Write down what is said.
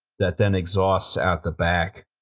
that then exhausts out the back.